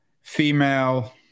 female